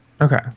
Okay